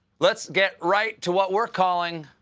let's get right to what we're calling.